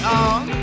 on